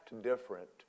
different